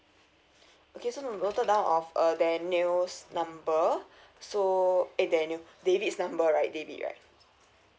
okay so noted down of uh daniel's number so err daniel david's number right david right